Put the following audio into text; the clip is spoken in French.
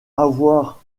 avoir